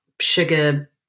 sugar